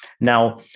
Now